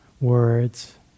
words